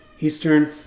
Eastern